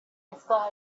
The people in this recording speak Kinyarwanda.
isaha